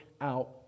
out